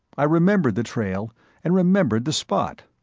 i remembered the trail and remembered the spot.